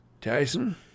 Tyson